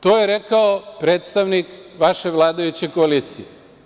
To je rekao predstavnik vaše vladajuće koalicije.